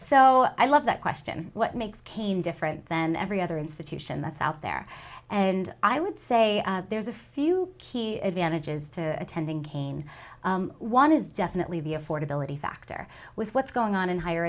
so i love that question what makes cain different than every other institution that's out there and i would say there's a few key advantages to attending again one is definitely the affordability factor with what's going on in higher